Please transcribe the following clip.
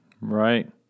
right